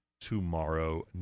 tomorrow